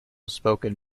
spoken